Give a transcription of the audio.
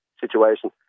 situation